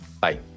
Bye